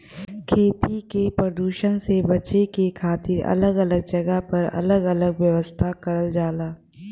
खेती के परदुसन से बचे के खातिर अलग अलग जगह पर अलग अलग व्यवस्था करल जाला